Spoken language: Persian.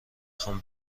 خوام